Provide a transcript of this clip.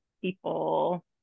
people